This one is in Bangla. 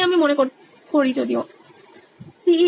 তাই আমি মনে করি হ্যাঁ